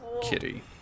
Kitty